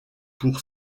pour